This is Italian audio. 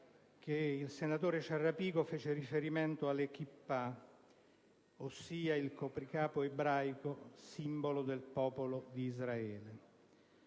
che il senatore Ciarrapico fece riferimento alle *kippah*, ossia al copricapo ebraico simbolo del popolo di Israele.